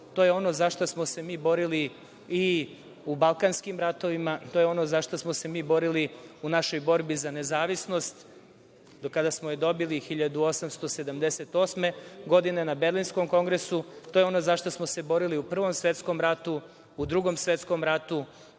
je ono za šta smo se mi borili i u Balkanskim ratovima. To je ono za šta smo se mi borili u našoj borbi za nezavisnost, a kada smo je dobili 1878. godine na Berlinskom kongresu. To je ono za šta smo se borili u Prvom svetskom ratu, u Drugom svetskom ratu